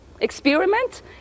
experiment